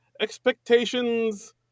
expectations